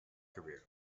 career